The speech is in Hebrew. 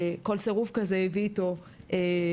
כל סירוב כזה הביא איתו תלונה.